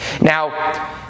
Now